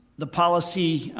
the policy,